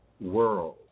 world